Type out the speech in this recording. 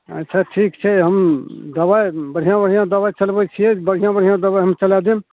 अच्छा ठीक छै हम दवाइ बढ़िआँ बढ़िआँ दवाइ चलबै छिए बढ़िआँ बढ़िआँ दवाइ हम चलै देब